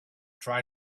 try